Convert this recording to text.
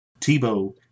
Tebow